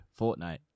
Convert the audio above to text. Fortnite